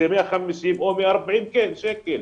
זה 140 או 150 שקל.